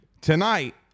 tonight